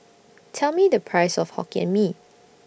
Tell Me The Price of Hokkien Mee